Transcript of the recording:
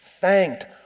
thanked